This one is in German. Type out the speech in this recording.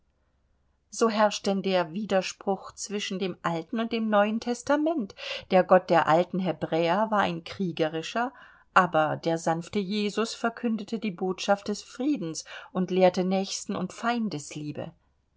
so herrscht denn der widerspruch zwischen dem alten und dem neuen testament der gott der alten hebräer war ein kriegerischer aber der sanfte jesus verkündete die botschaft des friedens und lehrte nächsten und